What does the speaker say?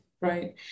right